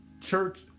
Church